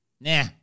nah